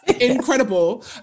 Incredible